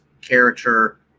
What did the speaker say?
character